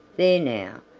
there now,